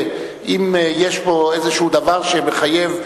אם יש פה איזה דבר שמחייב,